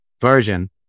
version